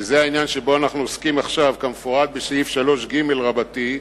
שזה העניין שבו אנחנו עוסקים עכשיו כמפורט בסעיף 3ג רבתי,